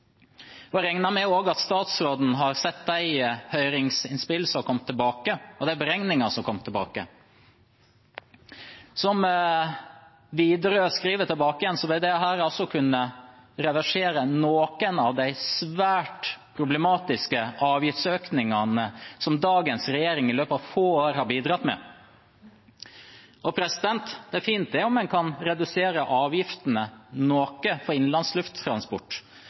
og jeg regner med at statsråden også har sett de høringsinnspillene og beregningene som har kommet tilbake. Som Widerøe skriver, vil dette kunne reversere noen av de svært problematiske avgiftsøkningene som dagens regjering i løpet av få år har bidratt med. Det er fint om en kan redusere avgiftene noe på innenlands lufttransport,